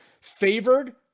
favored